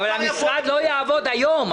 אבל המשרד לא יעבוד היום.